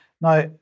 Now